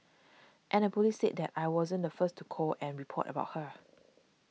and the police said that I wasn't the first to call and report about her